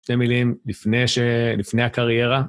שתי מילים לפני ש... לפני הקריירה.